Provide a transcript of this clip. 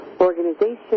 Organization